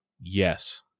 Yes